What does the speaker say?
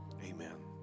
Amen